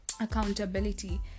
accountability